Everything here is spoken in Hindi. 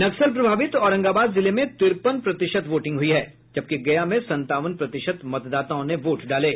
नक्सल प्रभावित औरंगाबाद जिले में तिरपन प्रतिशत वोटिंग हुई है जबकि गया में संतावन प्रतिशत मतदाताओं ने वोट डाले